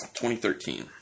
2013